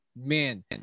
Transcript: man